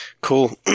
Cool